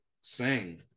sing